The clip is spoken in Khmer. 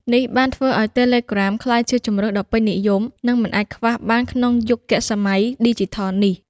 នេះបានធ្វើឲ្យ Telegram ក្លាយជាជម្រើសដ៏ពេញនិយម និងមិនអាចខ្វះបានក្នុងយុគសម័យឌីជីថលនេះ។